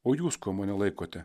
o jūs kuo mane laikote